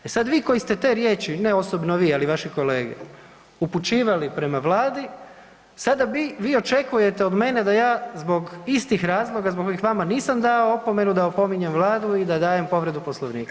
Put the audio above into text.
E sad vi koji ste te riječi, ne osobno vi, ali vaši kolege, upućivali prema Vladi sada bi, vi očekujete od mene da ja zbog istih razloga zbog kojih vama nisam dao opomenu da opominjem Vladu i da dajem povredu Poslovnika.